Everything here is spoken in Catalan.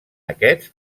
aquests